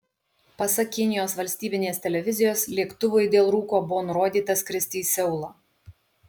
pasak kinijos valstybinės televizijos lėktuvui dėl rūko buvo nurodyta skristi į seulą